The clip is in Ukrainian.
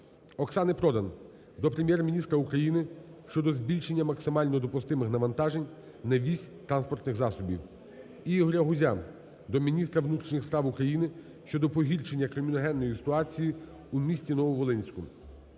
Оксани Продан до Прем'єр-міністра України щодо збільшення максимально допустимих навантажень на вісь транспортних засобів. Ігоря Гузя до міністра внутрішніх справ України щодо погіршення криміногенної ситуації у місті Нововолинську.